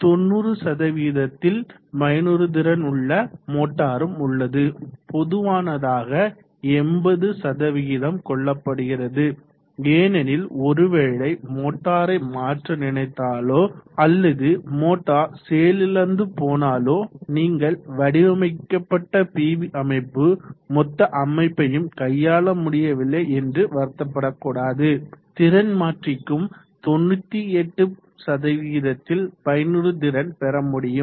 90 யில் பயனுறுதிறன் உள்ள மோட்டாரும் உள்ளது பொதுவானதாக 80 கொள்ளப்படுகிறது ஏனெனில் ஒருவேளை மோட்டாரை மாற்ற நினைத்தாலோ அல்லது மோட்டார் செயலிழந்நு போனாலோ நீங்கள் வடிவமைக்கப்பட்ட பிவி அமைப்பு மொத்த அமைப்பையும் கையாள முடியவில்லை என்று வருத்தப்படக்கூடாது திறன் மாற்றிக்கும் 98 பயனுறுதிறன் பெறமுடியும்